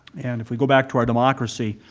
and if we go back to our democracy,